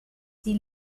sie